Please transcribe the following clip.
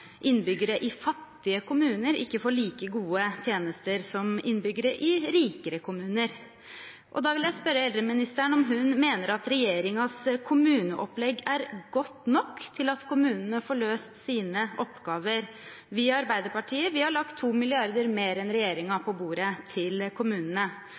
innbyggere i fattige kommuner ikke får like gode tjenester som innbyggere i rikere kommuner. Da vil jeg spørre eldreministeren om hun mener at regjeringens kommuneopplegg er godt nok til at kommunene får løst sine oppgaver. Vi i Arbeiderpartiet har lagt 2 mrd. kr mer enn regjeringen på bordet til kommunene.